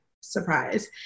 Surprise